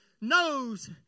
knows